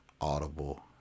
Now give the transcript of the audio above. Audible